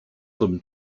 them